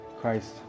Christ